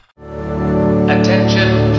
Attention